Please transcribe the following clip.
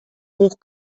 hoch